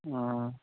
हां